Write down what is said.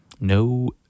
No